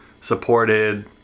supported